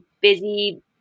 busy